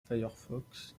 firefox